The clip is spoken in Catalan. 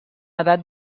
edat